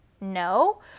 no